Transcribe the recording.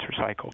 recycled